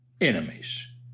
enemies